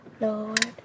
Lord